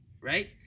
Right